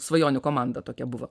svajonių komanda tokia buvo